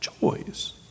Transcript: choice